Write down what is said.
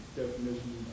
definition